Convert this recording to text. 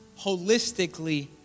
holistically